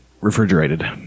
refrigerated